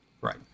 Right